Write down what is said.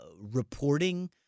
reporting